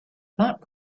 that